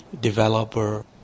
developer